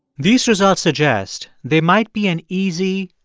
these results suggest they might be an easy,